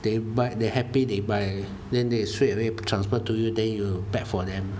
they buy they happy they buy then they straight away transfer for you then you pack for them